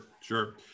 sure